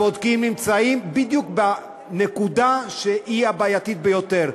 הבודקים נמצאים בדיוק בנקודה שהיא הבעייתית ביותר,